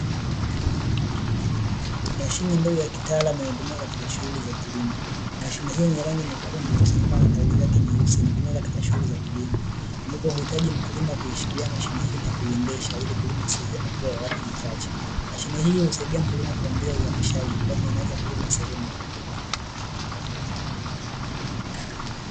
Mashine ndogo ya kitaalamu inatumiwa katika shuguli za kilimo. Mashine hii yenye rangi nyekundu sambamba na taili zake nyeusi inatumiwa katika shughuli za kilimo, ambapo uhitaji mkulima kuishikilia mashine hii na kuiendesha ili kulima sehemu kwa mda mchache. Mashine hiyo husaidia kuongeza uzalishaji kwani anaweza kulima sehemu kubwa.